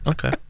Okay